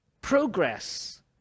Progress